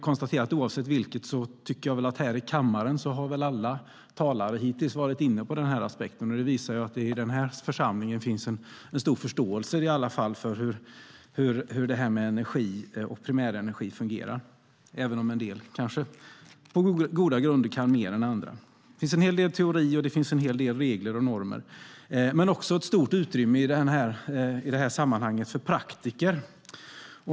Oavsett vilket tycker jag väl att alla talare här i kammaren hittills har varit inne på den här aspekten, och det visar ju att det i denna församling finns en stor förståelse i alla fall för hur detta med energi och primärenergi fungerar, även om en del på goda grunder kan mer än andra. Det finns en hel del teori, och det finns en hel del regler och normer, men det finns i det här sammanhanget också ett stort utrymme för praktiker.